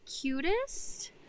cutest